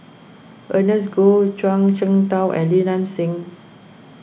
Ernest Goh Zhuang Shengtao and Li Nanxing